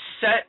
set